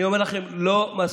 אני אומר לכם, לא מספיק.